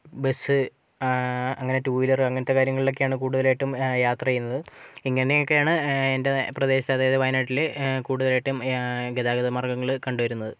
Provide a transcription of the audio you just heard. bus അങ്ങനെ two wheeler അങ്ങനത്തെ കാര്യങ്ങളിലൊക്കെയാണ് കൂടുതലായിട്ടും യാത്ര ചെയ്യുന്നത് ഇങ്ങനൊക്കെയാണ് എൻ്റെ പ്രദേശത്തെ അതായത് വയനാട്ടിലെ കൂടുതലായിട്ടും ഗതാഗത മാർഗങ്ങൾ കണ്ടുവരുന്നത്